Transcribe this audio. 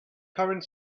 current